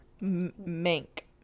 Mink